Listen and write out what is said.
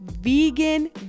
vegan